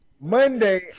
monday